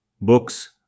books